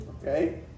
Okay